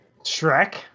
Shrek